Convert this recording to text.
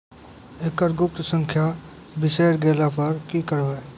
एकरऽ गुप्त संख्या बिसैर गेला पर की करवै?